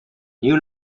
new